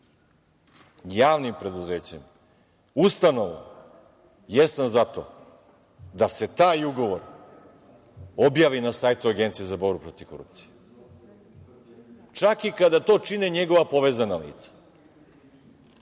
javnim preduzećem, ustanovom, jesam za to da se taj ugovor objavi na sajtu Agencije za borbu protiv korupcije, čak i kada to čine njegova povezana lica.